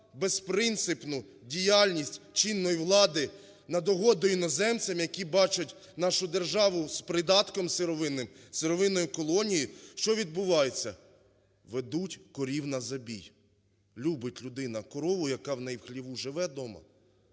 безпринципну діяльність чинної влади на догоду іноземцям, які бачать нашу державу придатком сировинним, сировинною колонією, що відбувається: ведуть корів на забій. Любить людина корову, яка в хліву у неї живе дома,